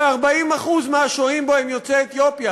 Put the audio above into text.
ש-40% מהשוהים בו הם יוצאי אתיופיה.